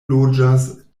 loĝas